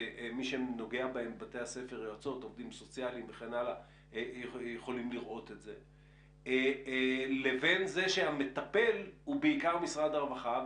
כשמי שמטפל בהם הוא בעיקר משרד הרווחה.